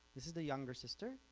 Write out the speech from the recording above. this is the younger sister,